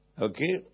Okay